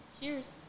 Cheers